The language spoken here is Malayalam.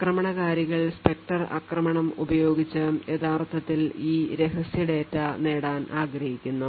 ആക്രമണകാരികൾ സ്പെക്ടർ ആക്രമണം ഉപയോഗിച്ച് യഥാർത്ഥത്തിൽ ഈ രഹസ്യ ഡാറ്റ നേടാൻ ആഗ്രഹിക്കുന്നു